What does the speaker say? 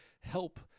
help